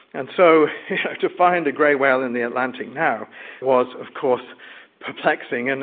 and so to find a grey whale in the atlantic now was of course perplexing, and